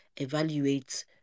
evaluate